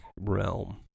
realm